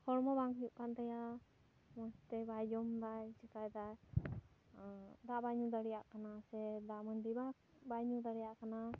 ᱦᱚᱲᱢᱚ ᱵᱟᱝ ᱦᱩᱭᱩᱜ ᱠᱟᱱ ᱛᱟᱭᱟ ᱢᱚᱡᱽ ᱛᱮ ᱵᱟᱭ ᱡᱚᱢ ᱮᱫᱟ ᱪᱮᱠᱟᱭᱮᱫᱟ ᱫᱟᱜ ᱵᱟᱭ ᱧᱩ ᱫᱟᱲᱮᱭᱟᱜ ᱠᱟᱱᱟ ᱥᱮ ᱫᱟᱜ ᱢᱟᱹᱰᱤ ᱢᱟ ᱵᱟᱭ ᱧᱩ ᱫᱟᱲᱮᱭᱟᱜ ᱠᱟᱱᱟ